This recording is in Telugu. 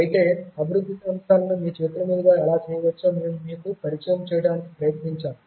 అయితే అభివృద్ధి అంశాలను మీ చేతులమీదుగా ఎలా చేయవచ్చో మేము మీకు పరిచయం చేయడానికి ప్రయత్నించాము